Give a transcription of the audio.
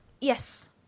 Yes